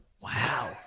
Wow